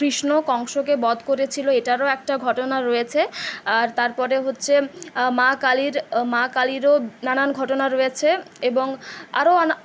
কৃষ্ণ কংসকে বধ করে ছিল এটারও একটা ঘটনা রয়েছে আর তারপরে হচ্ছে মা কালীর মা কালীরও নানান ঘটনা রয়েছে এবং আরও অনেক